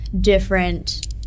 different